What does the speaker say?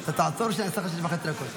אתה תעצור או שאני אסמן לך שש וחצי דקות?